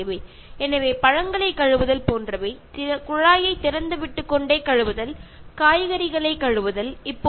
അതുപോലെ തന്നെയാണ് പൈപ്പ് തുറന്നിട്ട് പഴങ്ങളും പച്ചക്കറികളും കഴുകി വൃത്തിയാക്കുന്നത്